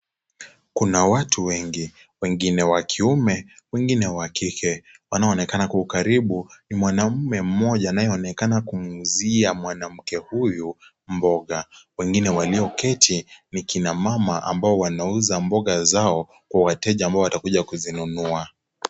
Kuna watu wengi, wengine wa kiume, wengine wa kike. Wanaoonekana kwa ukaribu, ni mwanaume mmoja anayeonekana kumuuzia mwanamke huyu mboga. Wengine walioketi ni kina mama ambao wanauza mboga zao kwa wateja ambao watakuja kuzinunua.